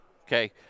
okay